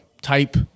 type